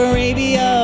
Arabia